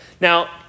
Now